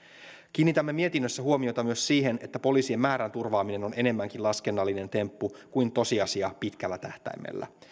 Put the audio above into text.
kiinnitämme mietinnössä huomiota myös siihen että poliisien määrän turvaaminen on enemmänkin laskennallinen temppu kuin tosiasia pitkällä tähtäimellä